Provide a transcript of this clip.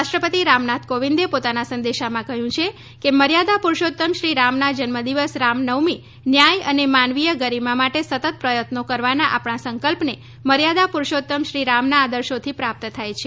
રાષ્ટ્રપતિ શ્રી રામનાથ કોવિંદે પોતાના સંદેશામાં કહ્યું છે કે મર્યાદા પુરૂષોત્તમ શ્રી રામના જન્મદિવસ રામનવમી ન્યાય અને માનવીય ગરીમા માટે સતત પ્રયત્નો કરવાના આપણા સંકલ્પને મર્યાદા પુરૂષોત્તમ શ્રી રામના આદર્શોથી પ્રાપ્ત થાય છે